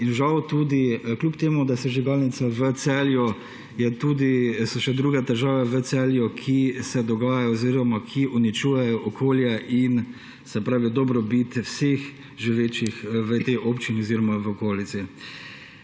Žal, kljub temu da je sežigalnica v Celju, so tudi še druge težave v Celju, ki se dogajajo oziroma ki uničujejo okolje in dobrobit vseh živečih v tej občini oziroma v okolici.